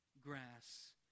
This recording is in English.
grass